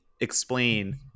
explain